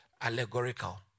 allegorical